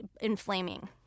inflaming